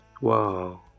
Wow